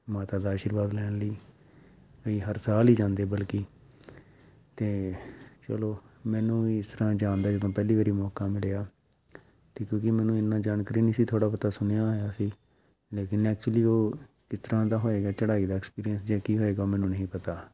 ਮਾਤਾ ਦਾ ਆਸ਼ੀਰਵਾਦ ਲੈਣ ਲਈ ਕਈ ਹਰ ਸਾਲ ਹੀ ਜਾਂਦੇ ਬਲਕਿ ਅਤੇ ਚਲੋ ਮੈਨੂੰ ਇਸ ਤਰ੍ਹਾਂ ਜਾਣ ਦਾ ਜਦੋਂ ਪਹਿਲੀ ਵਾਰੀ ਮੌਕਾ ਮਿਲਿਆ ਅਤੇ ਕਿਉਂਕਿ ਮੈਨੂੰ ਇੰਨਾ ਜਾਣਕਾਰੀ ਨਹੀਂ ਸੀ ਥੋੜ੍ਹਾ ਬਹੁਤਾ ਸੁਣਿਆ ਹੋਇਆ ਸੀ ਲੇਕਿਨ ਐਕਚੁਲੀ ਉਹ ਕਿਸ ਤਰ੍ਹਾਂ ਦਾ ਹੋਏਗਾ ਚੜਾਈ ਦਾ ਐਕਸਪੀਰੀਅੰਸ ਜਾਂ ਕੀ ਹੋਏਗਾ ਉਹ ਮੈਨੂੰ ਨਹੀਂ ਪਤਾ